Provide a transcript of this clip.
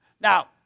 Now